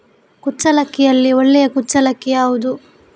ಕುಚ್ಚಲಕ್ಕಿಯಲ್ಲಿ ಒಳ್ಳೆ ಕುಚ್ಚಲಕ್ಕಿ ಯಾವುದು?